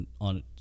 on